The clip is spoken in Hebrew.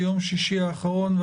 ביום שישי האחרון,